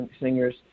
singers